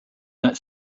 that